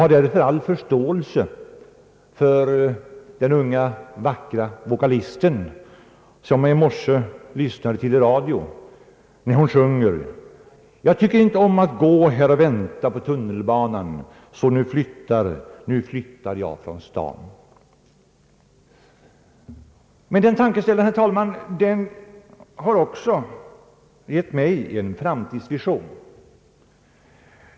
Jag har all förståelse för den unga vackra vokalisten som jag i morse lyssnade till i radio, när hon sjöng: Jag tycker inte om att gå här och vänta på tunnelbanan, så nu flyttar jag från stan. Men den tankeställaren, herr talman, har också gett mig en framtidsvision.